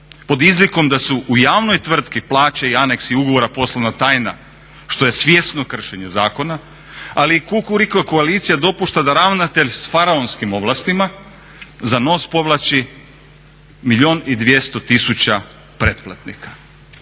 pod izlikom da su u javnoj tvrtki plaće i aneksi ugovora poslovna tajna što je svjesno kršenje zakona. Ali Kukuriku koalicija dopušta da ravnatelj s faraonskim ovlastima za nos povlači milijun i 200 tisuća pretplatnika.